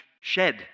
shed